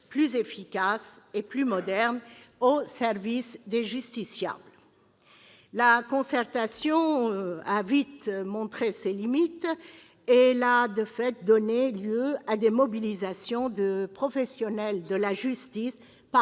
plus efficace et plus moderne, au service des justiciables ». La concertation a vite montré ses limites. Elle a, de fait, donné lieu à des mobilisations de professionnels de la justice